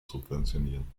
subventionieren